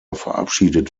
verabschiedet